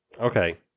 Okay